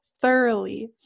thoroughly